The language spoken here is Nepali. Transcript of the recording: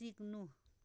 सिक्नु